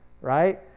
right